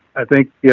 i think, yeah